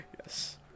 Yes